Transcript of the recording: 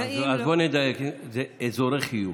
אז בואי נדייק: אזורי חיוג.